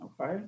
Okay